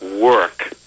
work